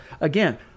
again